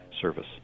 service